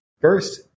First